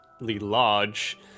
large